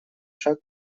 шаг